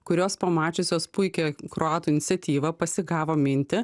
kurios pamačiusios puikią kroatų iniciatyvą pasigavo mintį